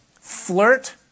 flirt